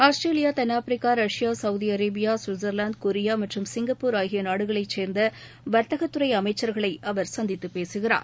Australia தென்னாப்பிரிக்கா Russia Saudi Arabia Switzerland Korea மற்றும் Singapore ஆகிய நாடுகளைச் சேர்ந்த வர்த்தகத்துறை அமைச்சர்களை அவர் சந்தித்து பேசுகிறார்